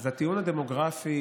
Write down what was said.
אז הטיעון הדמוגרפי,